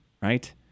right